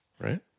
Right